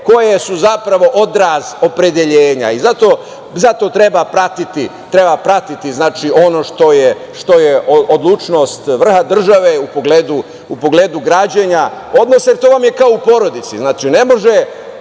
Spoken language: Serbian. koje su odraz opredeljenja. Zato treba pratiti ono što je odlučnost vrha države u pogledu građenja odnosa. To vam je kao u porodici. Ne može